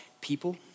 people